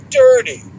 dirty